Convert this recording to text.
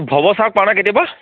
ভৱ ছাৰক পাৱনে কেতিয়াবা